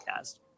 Podcast